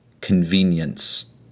convenience